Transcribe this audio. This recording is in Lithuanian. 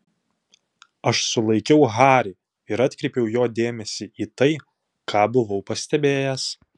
aš sulaikiau harį ir atkreipiau jo dėmesį į tai ką buvau pastebėjęs